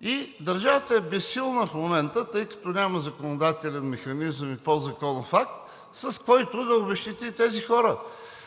и държавата е безсилна в момента, тъй като няма законодателен механизъм и подзаконов акт, с който да обезщети тези хора.